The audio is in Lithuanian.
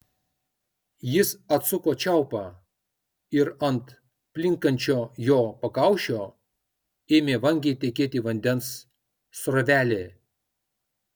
jis atsuko čiaupą ir ant plinkančio jo pakaušio ėmė vangiai tekėti vandens srovelė